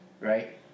right